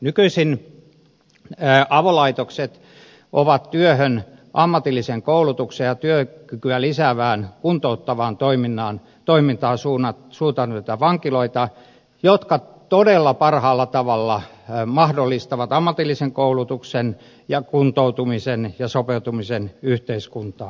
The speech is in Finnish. nykyisin avolaitokset ovat työhön ammatilliseen koulutukseen ja työkykyä lisäävään kuntouttavaan toimintaan suuntautuneita vankiloita jotka todella parhaalla tavalla mahdollistavat ammatillisen koulutuksen ja kuntoutumisen ja sopeutumisen yhteiskuntaan